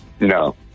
No